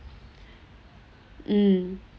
mm